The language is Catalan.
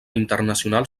internacional